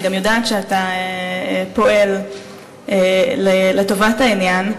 אני גם יודעת שאתה פועל לטובת העניין.